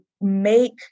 make